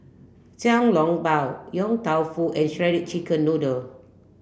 Xiang Long Bao Yong Tau Foo and Shredded Chicken Noodle